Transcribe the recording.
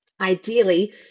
Ideally